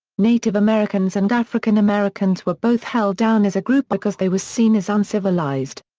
native americans and african americans were both held down as a group because they were seen as uncivilized.